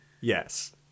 yes